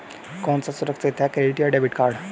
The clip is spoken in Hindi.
कौन सा सुरक्षित है क्रेडिट या डेबिट कार्ड?